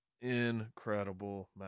Incredible